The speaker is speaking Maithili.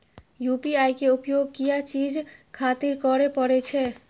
यू.पी.आई के उपयोग किया चीज खातिर करें परे छे?